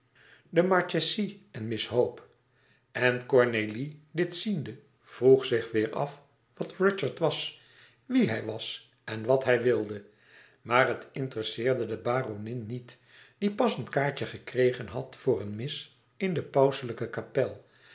de marchesa en miss hope en cornlie dit ziende vroeg zich weêr af wat rudyard was wie hij was en wat hij wilde maar het interesseerde de baronin niet die pas een kaartje gekregen had voor een mis in de pauselijke kapel